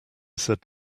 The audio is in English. said